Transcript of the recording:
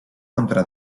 contra